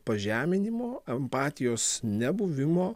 pažeminimo empatijos nebuvimo